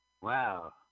Wow